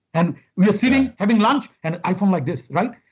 and we are sitting having lunch, and iphone like this right?